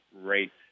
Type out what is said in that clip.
rate